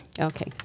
Okay